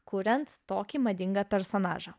kuriant tokį madingą personažą